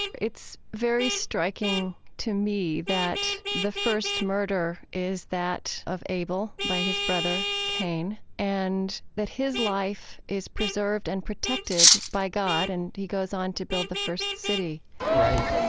it's very striking to me that the first murder is that of abel by his brother, cain, and that his life is preserved and protected by god, and he goes on to build the first city right.